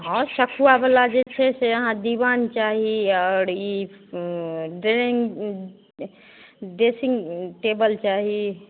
हँ सखुआ बला जे छै से अहाँ दिबान चाही आओर ई ड्रेँग ड्रेसिङ्ग टेबल चाही